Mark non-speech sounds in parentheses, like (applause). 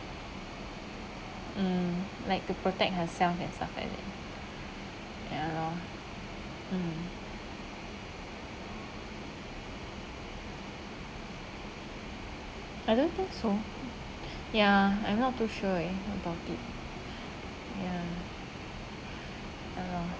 mm like to protect herself and stuff like that ya lor mm I don't think so (breath) ya I'm not too sure eh about it ya ya lor